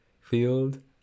field